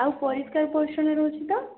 ଆଉ ପରିସ୍କାର ପରିଚ୍ଛନ ରହୁଛି ତ